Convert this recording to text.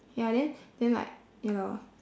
ya then then like ya lor